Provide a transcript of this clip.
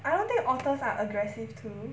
I don't think otters are aggressive too